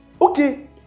Okay